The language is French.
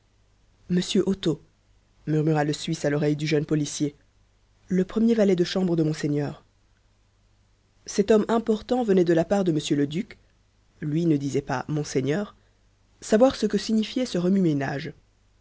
otto murmura le suisse à l'oreille du jeune policier le premier valet de chambre de monseigneur cet homme important venait de la part de m le duc lui ne disait pas monseigneur savoir ce que signifiait ce remue-ménage